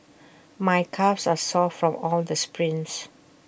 my calves are sore from all this sprints